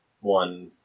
one